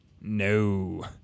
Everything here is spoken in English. no